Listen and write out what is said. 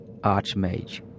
Archmage